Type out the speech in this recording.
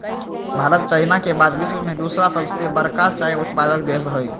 Bharat China के बाद विश्व में दूसरा सबसे बड़का चाय उत्पादक देश हई